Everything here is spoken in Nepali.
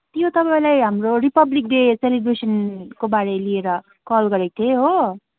त्यो तपाईँलाई हाम्रो रिपब्लिक डे सेलिब्रेसनको बारे लिएर कल गरेको थिएँ हो